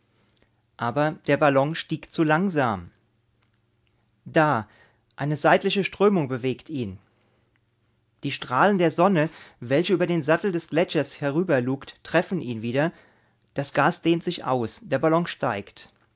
aber der ballon stieg zu langsam da eine seitliche strömung bewegt ihn die strahlen der sonne welche über den sattel des gletschers herüberlugt treffen ihn wieder das gas dehnt sich aus der ballon steigt